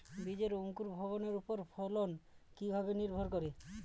বীজের অঙ্কুর ভবনের ওপর ফলন কিভাবে নির্ভর করে?